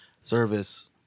service